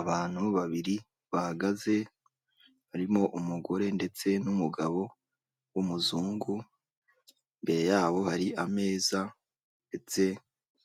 Abantu babiri bahagaze barimo umugore ndetse numugabo wumuzungu mbere ya hari ameza ndetse